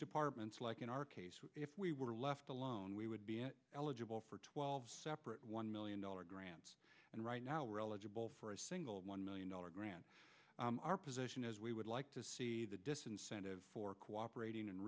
departments like in our case if we were left alone we would be eligible for twelve separate one million dollar grants and right now we're eligible for a single one million dollars grant our position is we would like to see the disincentive for cooperating and